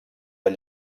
del